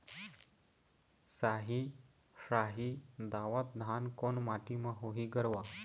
साही शाही दावत धान कोन माटी म होही गरवा?